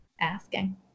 asking